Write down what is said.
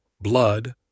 Blood